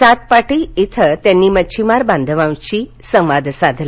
सातपाटी इथं त्यांनी मच्छिमार बांधवांशी संवाद साधला